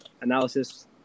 analysis